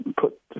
put